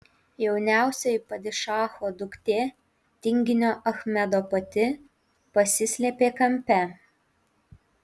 jauniausioji padišacho duktė tinginio achmedo pati pasislėpė kampe